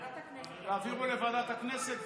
תעבירו לוועדת הכנסת,